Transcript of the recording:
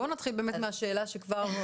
בואו נתחיל באמת מהשאלה שכבר,